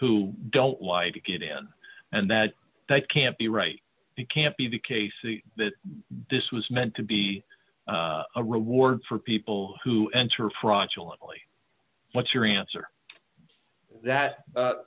who don't lie to get in and that that can't be right it can't be the case that this was meant to be a reward for people who enter fraudulent plea what's your answer that